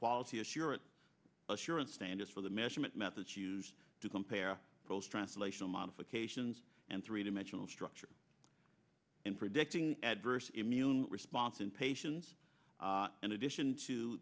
quality assurance assurance standards for the measurement methods used to compare pros translational modifications and three dimensional structure in predicting adverse immune response in patients in addition to